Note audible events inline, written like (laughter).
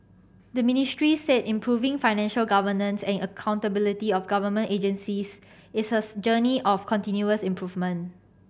the Ministry said improving financial governance and accountability of government agencies is a (unintelligible) journey of continuous improvement